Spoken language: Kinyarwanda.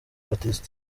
baptiste